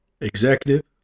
Executive